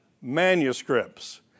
manuscripts